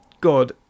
God